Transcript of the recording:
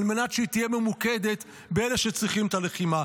על מנת שהיא תהיה ממוקדת באלה שצריכים את הלחימה.